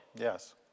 Yes